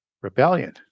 rebellion